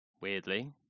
Weirdly